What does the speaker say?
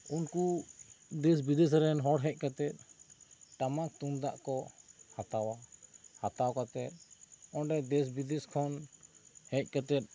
ᱩᱱᱠᱩ ᱫᱮᱥ ᱵᱤᱫᱮᱥ ᱨᱮᱱ ᱦᱚᱲ ᱦᱮᱡ ᱠᱟᱛᱮᱜ ᱴᱟᱢᱟᱠ ᱛᱩᱢᱫᱟᱜ ᱠᱚ ᱦᱟᱛᱟᱣᱟ ᱦᱟᱛᱟᱣᱟ ᱠᱟᱛᱮᱜ ᱚᱸᱰᱮ ᱫᱮᱥ ᱵᱤᱫᱮᱥ ᱠᱷᱚᱱ ᱦᱮᱡ ᱠᱟᱛᱮᱜ